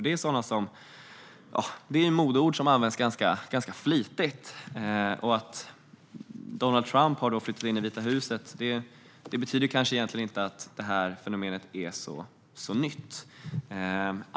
Det är ett modeord som används ganska flitigt. Att Donald Trump har flyttat in i Vita huset betyder kanske inte att det fenomenet är så nytt.